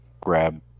grab